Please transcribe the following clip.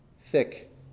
thick